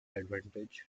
advantages